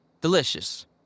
delicious